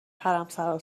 حرمسرا